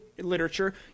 literature